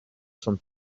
from